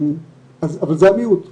אבל זה המיעוט שבמיעוט,